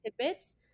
tidbits